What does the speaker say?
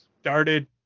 started